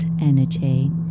energy